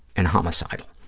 and homicidal.